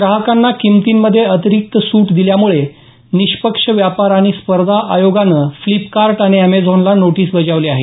ग्राहकांना किमतींमध्ये अतिरिक्त सूट दिल्यामुळे निष्पक्ष व्यापार आणि स्पर्धा आयोगानं फ्लिपकार्ट आणि अमेझॉनला नोटीस बजावली आहे